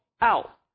out